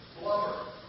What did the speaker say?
blubber